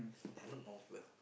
they are not normal people